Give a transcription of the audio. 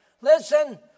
Listen